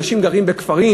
אנשים גרים בכפרים,